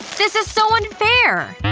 this is so unfair!